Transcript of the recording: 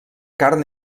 carn